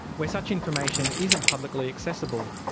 where such information isn't publicly accessible,